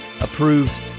approved